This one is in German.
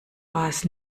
was